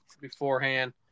beforehand